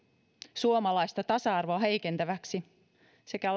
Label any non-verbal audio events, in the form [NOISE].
suomalaista tasa arvoa heikentäväksi sekä [UNINTELLIGIBLE]